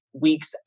weeks